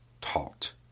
taught